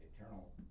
eternal